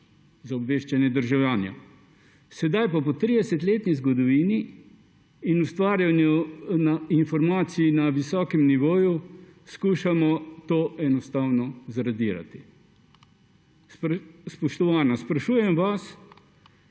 za obveščanje državljanov. Sedaj pa po tridesetletni zgodovini in ustvarjanju informacij na visokem nivoju skušamo to enostavno zradirati. Spoštovana, sprašujem vas: